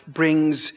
brings